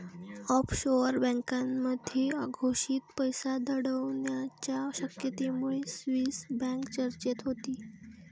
offshore बँकांमध्ये अघोषित पैसा दडवण्याच्या शक्यतेमुळे स्विस बँक चर्चेत होती